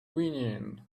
whinnying